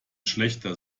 schlechter